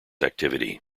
activity